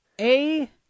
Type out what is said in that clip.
A-